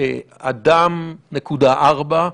1.4 אנשים.